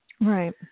Right